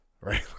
Right